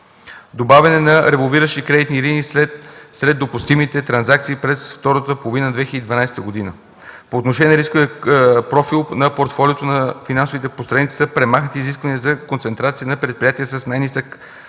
добавяне на револвиращи кредитни линии след допустимите транзакции през втората половина на 2012 г.; По отношение на рисковия профил на портфолиото на финансовите посредници, са премахнати изискванията за концентрация на предприятия с най-нисък